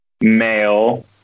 male